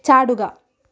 ചാടുക